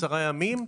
עשרה ימים,